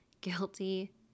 Guilty